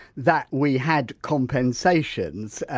that we had compensations,